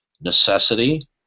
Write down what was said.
necessity